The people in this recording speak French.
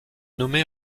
nommée